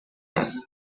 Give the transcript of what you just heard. است